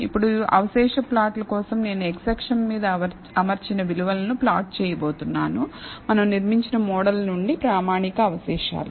ఇప్పుడు అవశేష ప్లాట్లు కోసం నేను x అక్షం మీద అమర్చిన విలువలను ప్లాట్ చేయబోతున్నాను మనం నిర్మించిన మోడల్ నుండి ప్రామాణిక అవశేషాలు